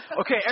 Okay